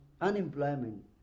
unemployment